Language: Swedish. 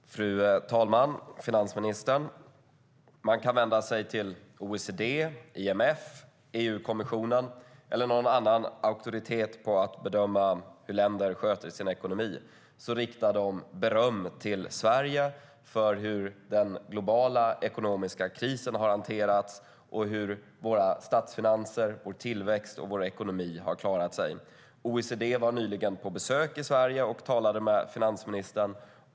Fru talman! Man kan vända sig till OECD, IMF, EU-kommissionen eller någon auktoritet på att bedöma hur länder sköter sin ekonomi - alla riktar beröm till Sverige för hur den globala ekonomiska krisen har hanterats och hur våra statsfinanser, vår tillväxt och vår ekonomi har klarat sig. OECD var nyligen på besök och talade med finansministern.